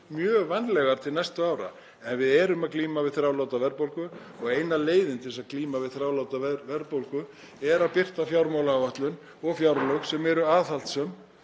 mjög vænlegar til næstu ára. En við erum að glíma við þráláta verðbólgu og eina leiðin til að glíma við þráláta verðbólgu er að birta fjármálaáætlun og fjárlög sem eru aðhaldssöm,